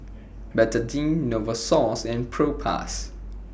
Betadine Novosource and Propass